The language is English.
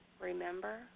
remember